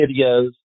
videos